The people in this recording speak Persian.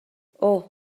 اوه